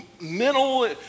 mental